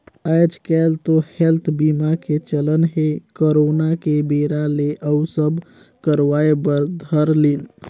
आएज काएल तो हेल्थ बीमा के चलन हे करोना के बेरा ले अउ सब करवाय बर धर लिन